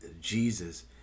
Jesus